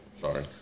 Sorry